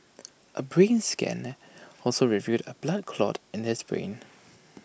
A brain scan also revealed A blood clot in his brain